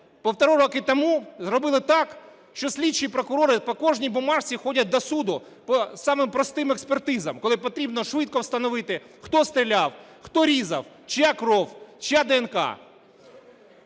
півтора року тому зробили так, що слідчі і прокурори по кожній бумажці ходять до суду по самим простим експертизам, коли потрібно швидко встановити, хто стріляв, хто різав, чия кров, чия ДНК.